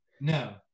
No